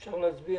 אפשר להצביע.